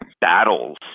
battles